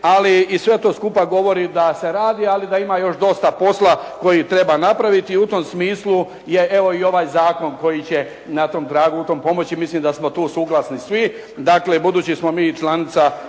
ali i sve to skupa govori da se radi ali da ima još dosta posla koji treba napraviti. I u tom smislu je evo i ovaj zakon koji će na tom tragu u tom pomoći. Mislim da smo tu suglasni svi. Dakle, budući smo mi članica